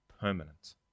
permanent